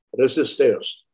resistors